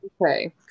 okay